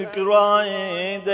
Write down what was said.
crying